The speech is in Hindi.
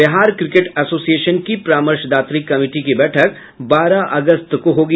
बिहार क्रिकेट एसोसिएशन की परामर्शदात्री कमिटी की बैठक बारह अगस्त को होगी